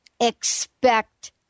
expect